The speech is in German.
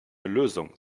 lösung